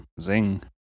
Zing